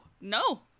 No